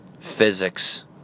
physics